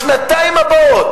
בשנתיים הבאות.